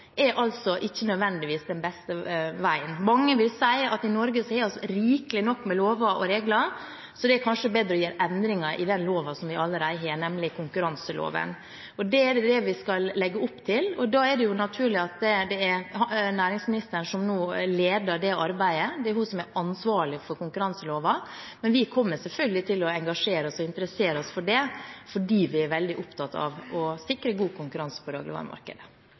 er ikke nødvendigvis den beste veien. Mange vil si at vi i Norge har rikelig nok med lover og regler, så det er kanskje bedre å gjøre endringer i loven vi allerede har, nemlig konkurranseloven. Det er det vi skal legge opp til. Da er det naturlig at det er næringsministeren som nå leder arbeidet, det er hun som er ansvarlig for konkurranseloven, men vi kommer selvfølgelig til å engasjere oss og interessere oss for det, for vi er veldig opptatt av å sikre god konkurranse på